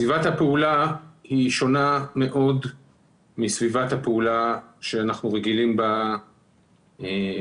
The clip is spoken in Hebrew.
סביבת הפעולה היא שונה מאוד מסביבת הפעולה שאנחנו רגילים בה בכלל,